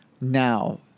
now